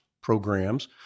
programs